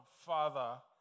father